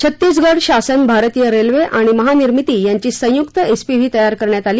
छत्तीसगड शासन भारतीय रेल्वे आणि महानिर्मिती यांची संयुक्त एसपीव्ही तयार करण्यात आली